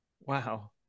Wow